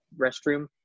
restroom